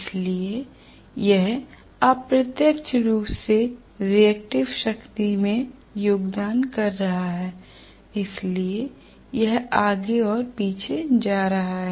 इसलिए यह अप्रत्यक्ष रूप से रियेक्टिव शक्ति में योगदान कर रहा है इसलिए यह आगे और पीछे जा रहा है